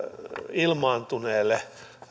ilmaantuneelle